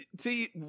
see